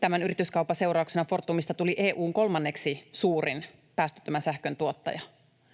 tämän yrityskaupan seurauksena Fortumista tuli EU:n kolmanneksi suurin päästöttömän sähkön tuottaja.